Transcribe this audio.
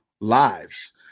lives